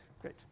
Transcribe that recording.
great